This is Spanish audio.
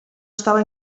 estaba